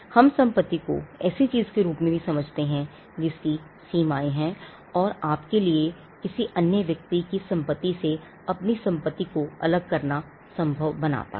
हम संपत्ति को ऐसी चीज़ के रूप में भी समझते हैं जिसकी सीमाएं हैं जो आपके लिए किसी अन्य व्यक्ति की संपत्ति से अपनी संपत्ति को अलग करना संभव बनाता है